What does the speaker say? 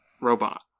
robot